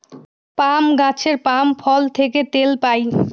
পাম গাছের পাম ফল থেকে তেল পাই